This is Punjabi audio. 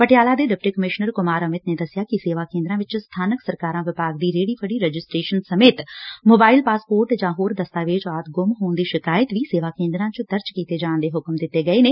ਪਟਿਆਲਾ ਦੇ ਡਿਪਟੀ ਕਮਿਸ਼ਨਰ ਕੁਮਾਰ ਅਮਿਤ ਨੇ ਦੱਸਿਆ ਕਿ ਸੇਵਾ ਕੇਂਦਰਾਂ ਵਿੱਚ ਸਬਾਨਕ ਸਰਕਾਰਾਂ ਵਿਭਾਗ ਦੀ ਰੇਹੜੀ ਫੜੀ ਰਜਿਸਟਰੇਸ਼ਨ ਸਮੇਤ ਮੋਬਾਇਲ ਪਾਸਪੋਰਟ ਜਾਂ ਹੋਰ ਦਸਤਾਵੇਜ਼ ਆਦਿ ਗੁੰਮ ਹੋਣ ਦੀ ਸ਼ਿਕਾਇਤ ਵੀ ਸੇਵਾ ਕੇਂਦਰਾਂ 'ਚ ਦਰਜ ਕੀਤੇ ਜਾਣ ਦੇ ਹੁਕਮ ਜਾਰੀ ਕੀਤੇ ਗਏ ਨੇ